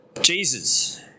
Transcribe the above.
Jesus